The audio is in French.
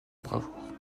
bravoure